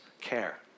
care